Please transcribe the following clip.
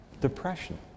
depression